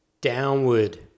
Downward